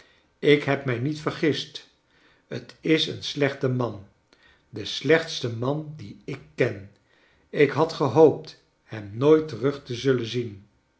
ik heb mij niet vergist t is een slechte man de slechtste man dien ik ken ik had gehoopt hem nooit terug te zullen zien